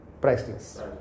priceless